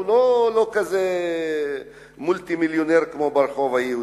הוא לא מולטי-מיליונר כמו ברחוב היהודי.